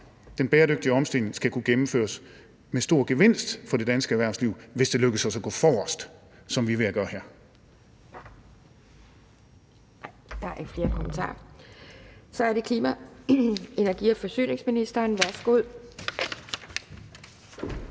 Den bæredygtige omstilling skal kunne gennemføres med stor gevinst for det danske erhvervsliv, hvis det lykkes os at gå forrest, som vi er ved at gøre her. Kl. 12:54 Anden næstformand (Pia Kjærsgaard): Der er ikke flere kommentarer. Så er det klima-, energi- og forsyningsministeren. Værsgo.